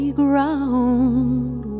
ground